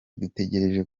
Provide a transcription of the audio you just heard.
dutegereje